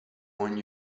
one